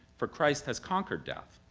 for christ has conquered death,